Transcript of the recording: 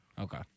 Okay